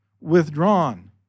withdrawn